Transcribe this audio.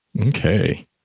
Okay